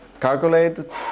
calculated